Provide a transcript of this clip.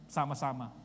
Sama-sama